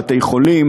בתי-חולים,